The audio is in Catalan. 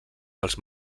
pels